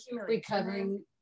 recovering